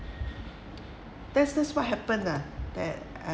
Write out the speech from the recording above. that's that's what happened lah that I